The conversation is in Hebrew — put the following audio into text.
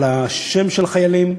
על השם של החיילים.